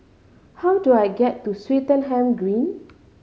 how do I get to Swettenham Green